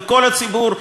וכל הציבור,